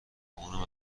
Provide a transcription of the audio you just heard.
اونم